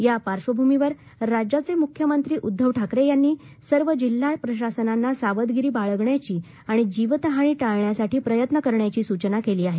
या पार्श्वभूमीवर राज्याचे मुख्यमंत्री उद्घव ठाकरे यांनी सर्व जिल्हा प्रशासनांना सावधगिरी बाळगण्याची आणि जीवित हानी टाळण्यासाठी प्रयत्न करण्याची सूचना केली आहे